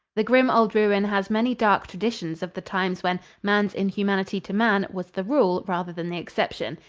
the grim old ruin has many dark traditions of the times when man's inhumanity to man was the rule rather than the exception.